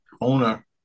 owner